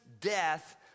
death